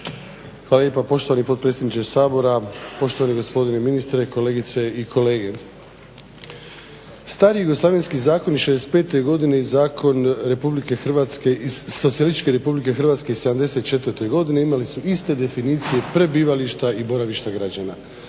Hvala lijepa poštovani potpredsjedniče Sabora. Poštovani gospodine ministre, kolegice i kolege. Stariji jugoslavenski zakon iz '65. i zakon RH iz Socijalističke RH iz '74.godine imali su iste definicije prebivališta i boravišta građana.